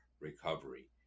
recovery